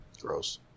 Gross